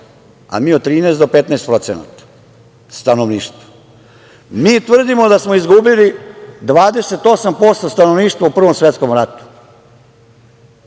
a mi od 13% do 15% stanovništva. Mi tvrdimo da smo izgubili 28% stanovništva u Prvom svetskom ratu,